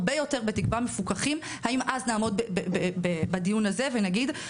הרבה יותר מפוקחים האם אז נעמוד בדיון הזה ונגיד,